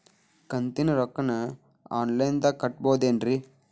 ಕಂತಿನ ರೊಕ್ಕನ ಆನ್ಲೈನ್ ದಾಗ ಕಟ್ಟಬಹುದೇನ್ರಿ?